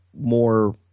more